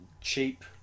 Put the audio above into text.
cheap